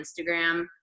instagram